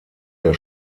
der